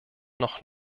noch